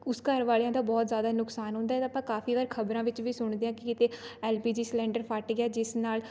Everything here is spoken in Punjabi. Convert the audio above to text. ਉਸ ਘਰ ਵਾਲਿਆਂ ਦਾ ਬਹੁਤ ਜ਼ਿਆਦਾ ਨੁਕਸਾਨ ਹੁੰਦਾ ਇਹ ਤਾਂ ਆਪਾਂ ਕਾਫੀ ਵਾਰ ਖਬਰਾਂ ਵਿੱਚ ਵੀ ਸੁਣਦੇ ਹਾਂ ਕਿ ਕਿਤੇ ਐੱਲ ਪੀ ਜੀ ਸਿਲੰਡਰ ਫਟ ਗਿਆ ਜਿਸ ਨਾਲ਼